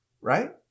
right